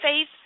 faith